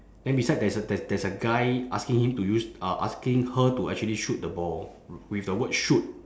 then beside there's a there's there's a guy asking him to use uh asking her to actually shoot the ball with the word shoot